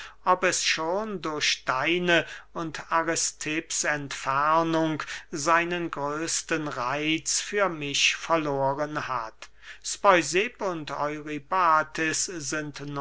ob es schon durch deine und aristipps entfernung seinen größten reitz für mich verloren hat speusipp und eurybates sind